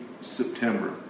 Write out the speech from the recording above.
September